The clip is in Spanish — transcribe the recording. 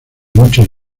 muchos